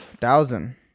Thousand